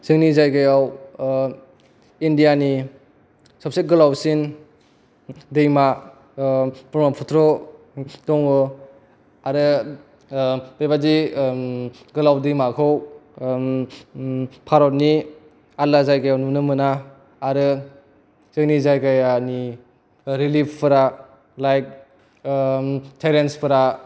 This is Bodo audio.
जोंनि जायगायाव इण्डिया नि सबसे गोलावसिन दैमा ब्रह्मपुत्र दङ आरो बेबादि गोलाव दैमाखौ भारतनि आलदा जायगायाव नुनो मोना आरो जोंनि जायगायानि रिलिपफ्रा लाइक ट्रेन्सफोरा